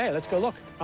yeah let's go look.